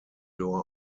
door